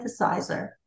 synthesizer